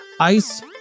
Ice